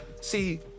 see